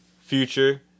Future